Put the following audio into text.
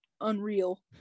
unreal